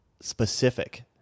specific